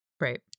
Right